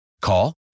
Call